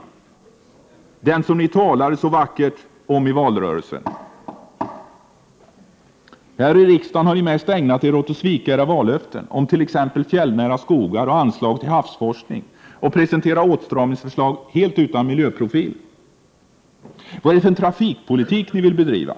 Är det den som ni talade så vackert om i valrörelsen? Här i riksdagen har ni mest ägnat er åt att svika era vallöften om t.ex. fjällnära skogar och anslag till havsforskning och att presentera åtstramningsförslag helt utan miljöprofil. Vad är det för trafikpolitik ni vill bedriva?